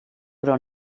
però